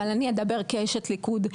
אבל אני אדבר כאשת ליכוד.